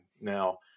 now